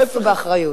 ההיפך, נשאו באחריות.